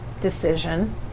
decision